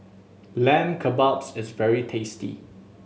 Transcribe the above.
Lamb Kebabs is very tasty